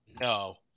No